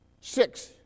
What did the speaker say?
six